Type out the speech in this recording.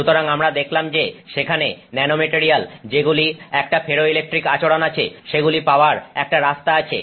সুতরাং আমরা দেখলাম যে সেখানে ন্যানো মেটারিয়াল যেগুলির একটা ফেরোইলেকট্রিক আচরণ আছে সেগুলি পাওয়ার একটা রাস্তা আছে